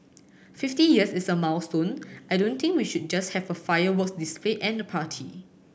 fifty years is a milestone I don't think we should just have a fireworks display and a party